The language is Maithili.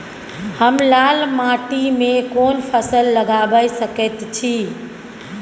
हम लाल माटी में कोन फसल लगाबै सकेत छी?